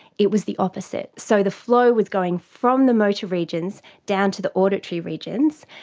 it was the opposite. so the flow was going from the motor regions down to the auditory regions,